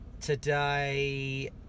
today